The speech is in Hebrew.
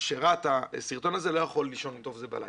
שראה את הסרטון הזה לא יכול לישון טוב בלילה.